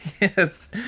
Yes